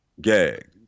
gag